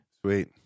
Sweet